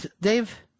Dave –